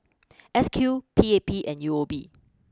S Q P A P and U O B